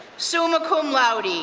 summa cum laude,